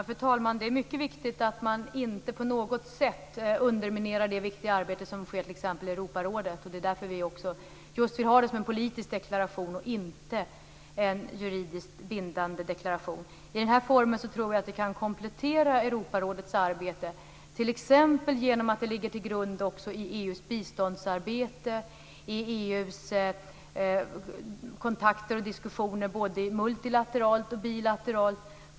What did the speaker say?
Fru talman! Det är mycket viktigt att man inte på något sätt underminerar det viktiga arbete som sker i t.ex. Europarådet. Det är därför vi vill ha det som en politisk deklaration och inte som en juridiskt bindande deklaration. I den här formen tror jag att det kan komplettera Europarådets arbete t.ex. genom att det ligger till grund också för EU:s biståndsarbete, för EU:s kontakter och diskussioner både multilateralt och bilateralt.